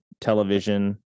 television